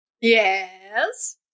Yes